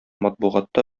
матбугатта